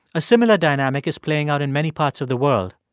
a similar dynamic is playing out in many parts of the world.